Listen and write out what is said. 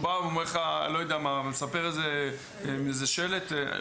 הוא בא ואומר לך, לא-יודע-מה, ומספר עם איזה שלט.